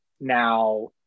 Now